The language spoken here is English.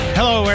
Hello